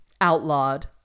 outlawed